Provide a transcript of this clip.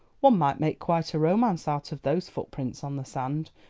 one might make quite a romance out of those footprints on the sand,